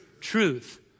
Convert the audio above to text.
Truth